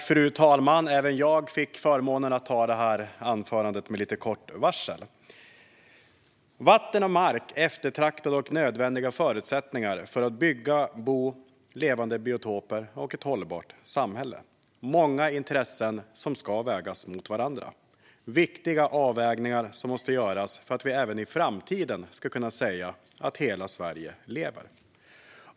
Fru talman! Även jag fick förmånen att hålla detta anförande med lite kort varsel. Mark och vatten är eftertraktade och nödvändiga förutsättningar för att bygga och bo, för levande biotoper och för ett hållbart samhälle. Många intressen ska vägas mot varandra, och viktiga avvägningar måste göras för att vi även i framtiden ska kunna säga att hela Sverige lever.